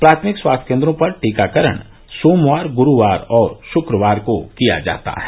प्राथमिक स्वास्थ्य केन्द्रों पर टीकाकरण सोमवार गुरूवार और शुक्रवार को किया जाता है